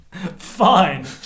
fine